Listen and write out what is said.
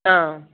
ஆ